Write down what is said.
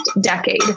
decade